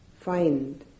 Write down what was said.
find